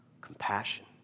compassion